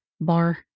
bar